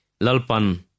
lalpan